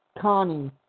Connie